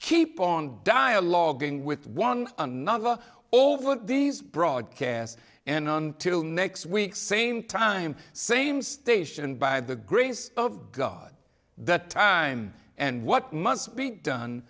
keep on dialoguing with one another over these broadcasts and until next week same time same station by the grace of god that time and what must be done